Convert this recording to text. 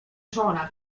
żona